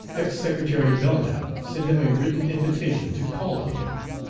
ex-secretary belknap sent him a written invitation to call on him.